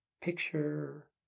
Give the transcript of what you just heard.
Picture